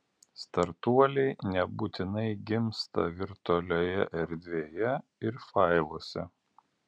startuoliai nebūtinai gimsta virtualioje erdvėje ir failuose